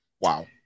wow